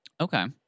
Okay